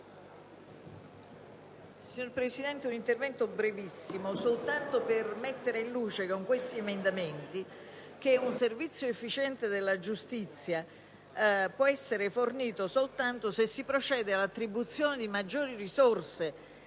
*(PD)*. Presidente, vorrei mettere in luce con questi emendamenti che un servizio efficiente della giustizia può essere fornito soltanto se si procede all'attribuzione di maggiori risorse